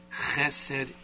chesed